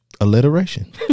Alliteration